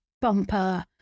bumper